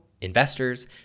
investors